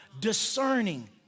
Discerning